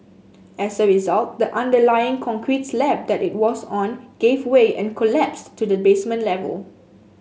as a result the underlying concrete slab that it was on gave way and collapsed to the basement level